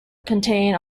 contain